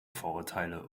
vorurteile